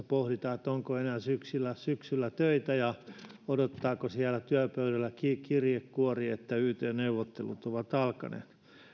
pohditaan onko enää syksyllä syksyllä töitä ja odottaako siellä työpöydällä kirjekuori että yt neuvottelut ovat alkaneet